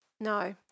No